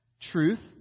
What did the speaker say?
truth